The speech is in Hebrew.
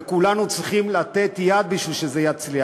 וכולנו צריכים לתת יד בשביל שזה יצליח.